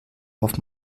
auf